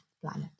planet